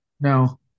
No